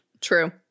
True